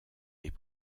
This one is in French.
est